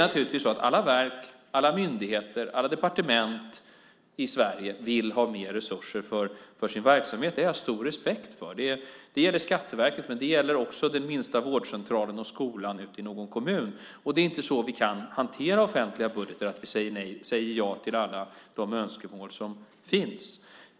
Alla verk, myndigheter och departement i Sverige vill ha mer resurser för sin verksamhet. Det har jag stor respekt för. Det gäller Skatteverket, men det gäller också den minsta vårdcentralen och skolan i någon kommun. Vi kan inte hantera offentliga budgetar så att vi säger ja till alla önskemål som finns.